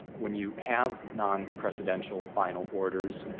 when you have non-presidential final orders,